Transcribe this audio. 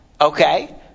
okay